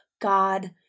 God